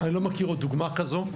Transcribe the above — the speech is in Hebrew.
אני לא מכיר עוד דוגמה כזו,